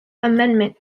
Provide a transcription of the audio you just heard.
amendment